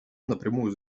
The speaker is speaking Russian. напрямую